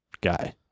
guy